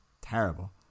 terrible